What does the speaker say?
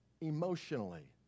emotionally